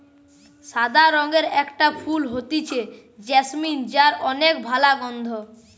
সাদা রঙের একটা ফুল হতিছে জেসমিন যার অনেক ভালা গন্ধ